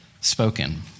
spoken